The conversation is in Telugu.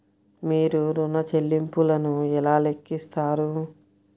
మీరు ఋణ ల్లింపులను ఎలా లెక్కిస్తారు?